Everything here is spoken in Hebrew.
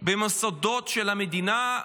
במוסדות של המדינה,